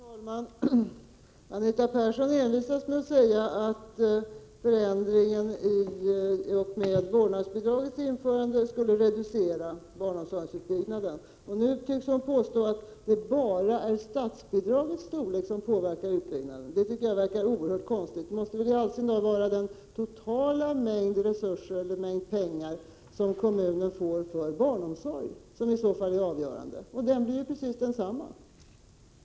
Herr talman! Anita Persson envisas med att säga att förändringen i och med vårdnadsbidragets införande skulle reducera barnomsorgsutbyggnaden. Nu tycks hon påstå att det bara är statsbidragets storlek som påverkar utbyggnaden. Det är oerhört konstigt! Det måste väl i all sin dar vara den totala mängd pengar som kommunen får för barnomsorg som i så fall är avgörande — och den blir ju precis densamma.